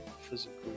physical